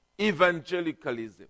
evangelicalism